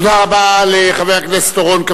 תודה רבה לחבר הכנסת אורון.